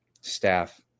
staff